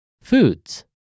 Foods